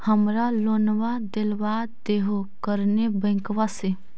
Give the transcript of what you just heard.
हमरा लोनवा देलवा देहो करने बैंकवा से?